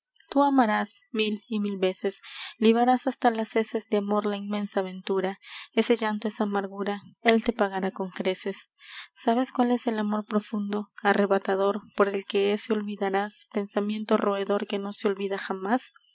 amarás mil y mil veces libarás hasta las heces de amor la inmensa ventura ese llanto esa amargura él te pagará con creces sabes cuál es el amor profundo arrebatador por el que ese olvidarás pensamiento roedor que no se olvida jamás